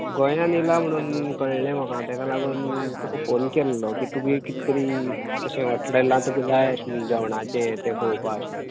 गोंयान येयला म्हणून कळ्ळें म्हाका तेका लागून तुका फोन केल्लो की तुवें कित तरी अशें हाॅटेलान तुका जाय अशें म्हण जेवणाचें तें पळोवपा अशें म्हुणून